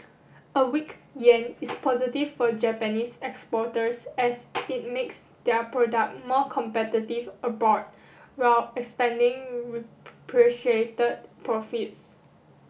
a weak yen is positive for Japanese exporters as it makes their product more competitive abroad while expanding profits